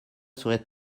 serait